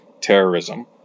terrorism